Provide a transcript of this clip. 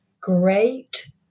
great